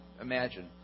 imagine